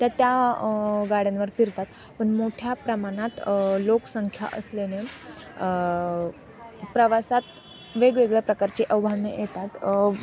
त्या त्या गाड्यांवर फिरतात पण मोठ्या प्रमाणात लोकसंख्या असल्याने प्रवासात वेगवेगळ्या प्रकारचे आव्हाने येतात